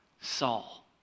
Saul